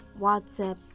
WhatsApp